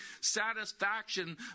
satisfaction